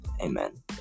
Amen